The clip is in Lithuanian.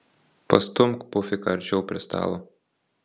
pastumk pufiką arčiau prie stalo